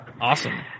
Awesome